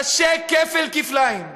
קשה כפל-כפליים.